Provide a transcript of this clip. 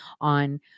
on